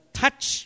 touch